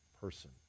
person